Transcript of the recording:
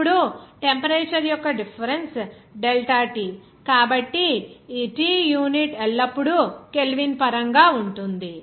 ఇప్పుడు టెంపరేచర్ యొక్క difference delta T కాబట్టి ఈ T యూనిట్ ఎల్లప్పుడూ కెల్విన్ పరంగా ఉంటుంది